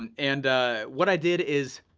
and and what i did is,